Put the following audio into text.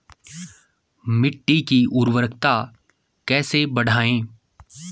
मिट्टी की उर्वरकता कैसे बढ़ायें?